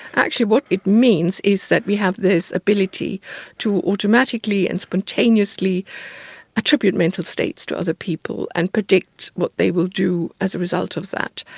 actually what it means is that we have this ability to automatically and spontaneously attribute mental states to other people and predict what they will do as a result of that.